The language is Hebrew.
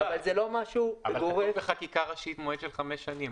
אבל אנחנו קובעים בחקיקה ראשית מועד של חמש שנים.